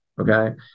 Okay